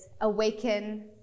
awaken